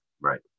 Right